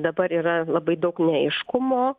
dabar yra labai daug neaiškumo